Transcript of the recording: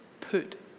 put